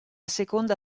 seconda